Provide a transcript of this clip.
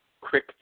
quick